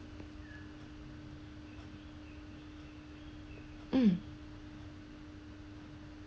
mm